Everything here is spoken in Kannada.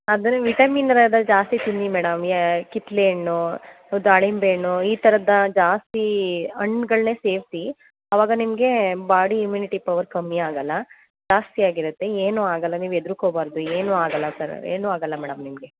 ಅದ್ರಲ್ಲಿ ವಿಟಮಿನ್ ಅದ್ರಲ್ಲಿ ಜಾಸ್ತಿ ತಿನ್ನಿ ಮೇಡಮ್ ಕಿತ್ಲೆ ಹಣ್ಣು ದಾಳಿಂಬೆ ಹಣ್ಣು ಈ ಥರದ ಜಾಸ್ತೀ ಹಣ್ಗಳ್ನೇ ಸೇರಿಸಿ ಅವಾಗ ನಿಮಗೆ ಬಾಡಿ ಇಮ್ಯೂನಿಟಿ ಪವರ್ ಕಮ್ಮಿ ಆಗಲ್ಲ ಜಾಸ್ತಿ ಆಗಿರುತ್ತೆ ಏನು ಆಗಲ್ಲ ನೀವು ಹೆದ್ರುಕೋಬಾರ್ದು ಏನು ಆಗಲ್ಲ ಸರ್ ಏನು ಆಗಲ್ಲ ಮೇಡಮ್ ನಿಮಗೆ